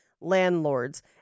landlords